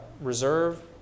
Reserve